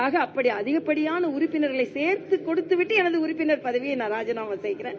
ஆக அப்படி அதிகப்படியாக உறுப்பினர்களை சேர்த்து கொடுத்தவிட்டு எனது உறுப்பினர் புகவியை நூன் ராஜினாமா செப்கிறேன்